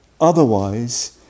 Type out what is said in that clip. otherwise